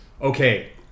okay